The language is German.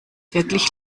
wirklich